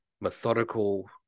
methodical